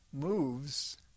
moves